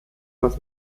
das